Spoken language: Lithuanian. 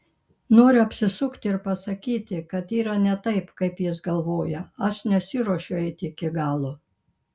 noriu apsisukti ir pasakyti kad yra ne taip kaip jis galvoja aš nesiruošiu eiti iki galo